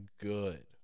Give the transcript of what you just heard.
good